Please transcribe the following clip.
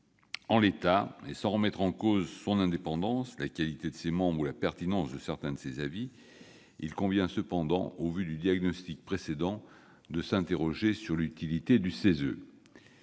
instances. Sans remettre en cause son indépendance, la qualité de ses membres ou la pertinence de certains de ses avis, il convient, au vu de ce diagnostic, de s'interroger sur l'utilité du CESE.